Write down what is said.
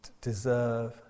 deserve